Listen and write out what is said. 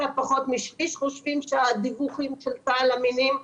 קצת פחות משליש חושבים שהדיווחים של צה"ל אמינים.